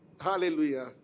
Hallelujah